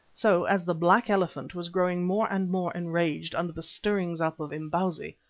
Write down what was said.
so as the black elephant was growing more and more enraged under the stirrings up of imbozwi,